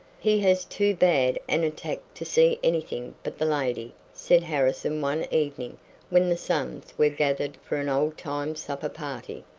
he has too bad an attack to see anything but the lady, said harrison one evening when the sons were gathered for an old-time supper party.